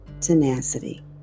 tenacity